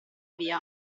via